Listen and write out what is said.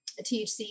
THC